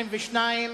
22,